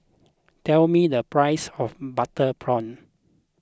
tell me the price of Butter Prawn